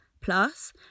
Plus